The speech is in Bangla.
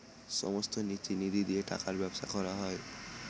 সমস্ত নীতি নিধি দিয়ে টাকার ব্যবসা করা হয়